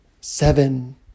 seven